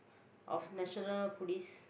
of national police